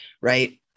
right